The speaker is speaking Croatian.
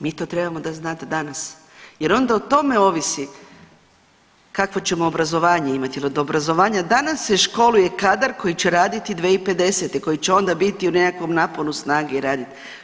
Mi to trebamo da znate danas jer onda o tome ovisi kakvo ćemo obrazovanje imati jer od obrazovanja, danas se školuje kadar koji će raditi 2050., koji će onda biti u nekakvom naponu snage i radit.